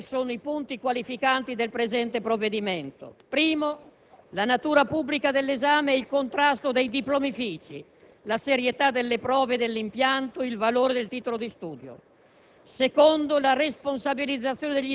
Colleghi, a mio parere tre sono i punti qualificanti del presente provvedimento: il primo è la natura pubblica dell'esame e il contrasto dei diplomifici, la serietà delle prove e dell'impianto, il valore del titolo di studio;